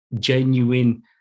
genuine